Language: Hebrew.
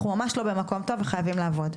אנחנו ממש לא במקום טוב ואנחנו חייבים לעבוד.